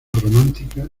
romántica